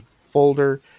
folder